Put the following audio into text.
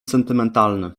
sentymentalny